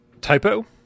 Typo